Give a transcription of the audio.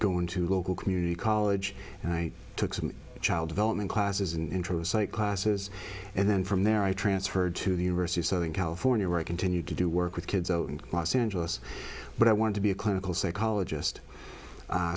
going to local community college and i took some child development classes in psych classes and then from there i transferred to the university of southern california where i continued to do work with kids out in los angeles but i wanted to be a clinical psychologist